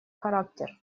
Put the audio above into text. характер